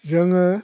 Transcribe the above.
जोङो